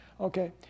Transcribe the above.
Okay